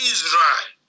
Israel